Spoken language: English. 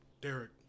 Derek